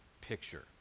picture